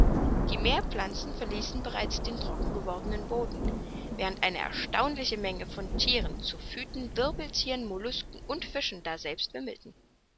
die meerpflanzen verließen bereits den trocken gewordenen boden während eine erstaunliche menge von thieren zoophyten wirbelthieren mollusken und fischen daselbst wimmelten